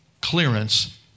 clearance